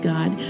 God